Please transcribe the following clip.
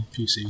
PC